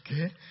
okay